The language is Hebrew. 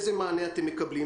איזה מענה אתם מקבלים?